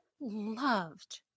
loved